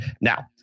Now